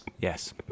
Yes